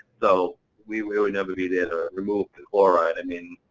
so we'd really never be there to remove the chloride. i mean